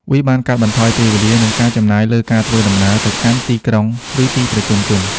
វាបានកាត់បន្ថយពេលវេលា និងការចំណាយលើការធ្វើដំណើរទៅកាន់ទីក្រុង ឬទីប្រជុំជន។